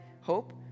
hope